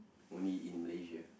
only in Malaysia